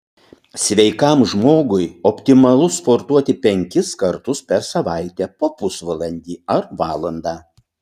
sveikam žmogui optimalu sportuoti penkis kartus per savaitę po pusvalandį ar valandą